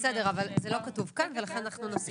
בסדר, אבל זה לא כתוב כאן ולכן אנחנו נוסיף את זה.